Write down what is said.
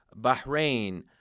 Bahrain